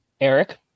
Eric